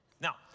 Now